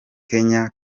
kenya